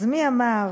אז מי אמר: